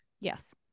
Yes